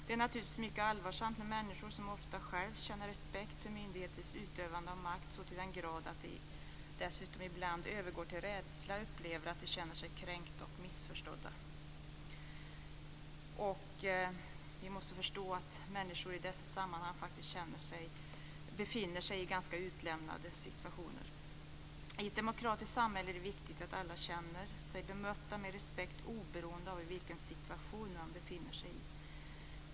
Det är självfallet mycket allvarsamt när människor, som ofta själva känner respekt för myndigheters utövande av makt så till den grad att det ibland övergår till rädsla, upplever sig kränkta och missförstådda. Vi måste förstå att människor i dessa sammanhang faktiskt befinner sig i en situation där de är ganska utlämnade. I ett demokratiskt samhälle är det viktigt att alla känner sig bemötta med respekt oberoende av i vilken situation man befinner sig.